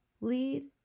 lead